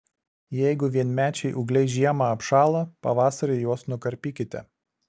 jeigu vienmečiai ūgliai žiemą apšąla pavasarį juos nukarpykite